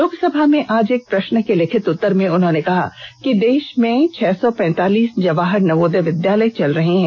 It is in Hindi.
लोकसभा में आज एक प्रश्न के लिखित उत्तर में उन्होंने कहा कि देश में छह सौ पैंतालीस जवाहर नवोदय विद्यालय चल रहे हैं